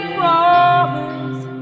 promise